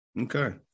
Okay